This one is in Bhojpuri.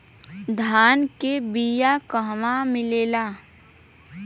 धान के बिया कहवा मिलेला?